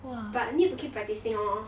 but need to keep practising lor